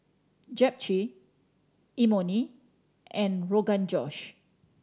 Japchae Imoni and Rogan Josh